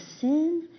sin